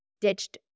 ditched